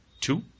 Two